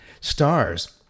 stars